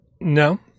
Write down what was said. No